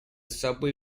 subway